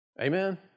Amen